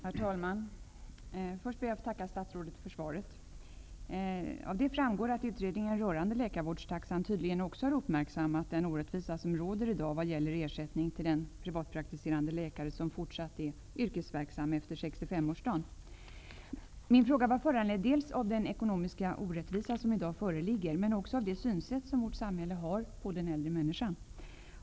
Herr talman! Jag ber först att få tacka statsrådet för svaret. Av detta framgår att utredningen rörande läkarvårdstaxan tydligen också har uppmärksammat den orättvisa som i dag råder vad gäller ersättning till den privatpraktiserande läkare som fortsatt är yrkesverksam efter sextiofemårsdagen. Min fråga var föranledd dels av den ekonomiska orättvisa som i dag föreligger, dels av det synsätt som vårt samhälle har på den äldre människan.